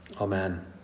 Amen